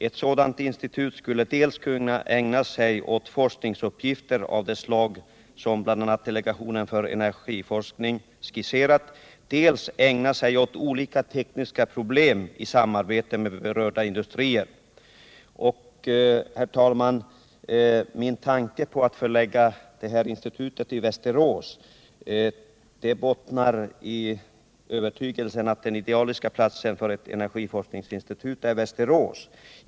Ett sådant institut skulle kunna dels ägna sig åt forskningsuppgifter av det slag som bl.a. delegationen för energiforskning skisserat, dels ägna sig åt olika tekniska problem i samband med berörda industrier. Herr talman! Min tanke på att förlägga detta institut till Västerås bottnar i övertygelsen att denna kommun är en idealisk plats för förläggning av ett energiinstitut.